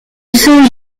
saint